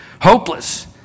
hopeless